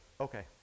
okay